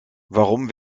warum